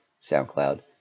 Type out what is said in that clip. SoundCloud